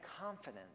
confidence